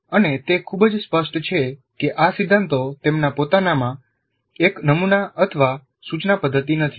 અને તે ખૂબ જ સ્પષ્ટ છે કે આ સિદ્ધાંતો તેમના પોતાનામાં એક નમુના અથવા સૂચના પદ્ધતિ નથી